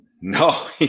No